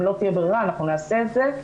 אם לא תהיה ברירה אנחנו נעשה את זה,